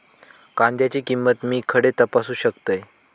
कांद्याची किंमत मी खडे तपासू शकतय?